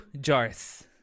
Jars